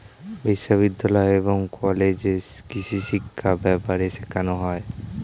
বিশ্ববিদ্যালয় এবং কলেজে কৃষিশিক্ষা ব্যাপারে শেখানো হয়